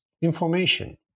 information